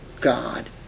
God